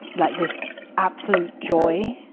like this absolute joy.